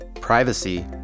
privacy